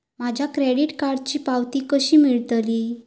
माझ्या क्रेडीट कार्डची पावती कशी मिळतली?